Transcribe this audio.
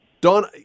Don